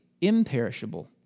imperishable